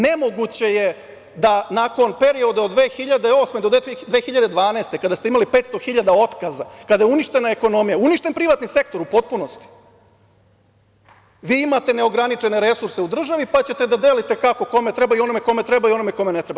Nemoguće je da nakon perioda od 2008. godine do 2012. godine kada ste imali 500 hiljada otkaza, kada je uništena ekonomija, uništen privatni sektor u potpunosti, vi imate neograničene resurse u državi pa ćete da delite kako kome treba i onome kome treba i onome kome ne treba.